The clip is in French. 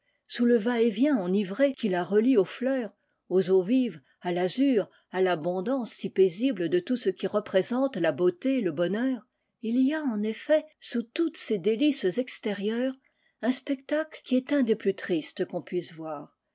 sous le vaet vient enivré qui la relie aux fleurs aux eaux vives à l'azur à l'abondance si paisible de tout ce qui représente la beauté et le bonheur il en effet sous toutes ces délices extét i un spectacle qui est un des plus tristes q tiisse voir